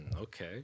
Okay